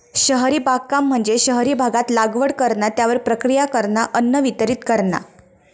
शहरी बागकाम म्हणजे शहरी भागात लागवड करणा, त्यावर प्रक्रिया करणा, अन्न वितरीत करणा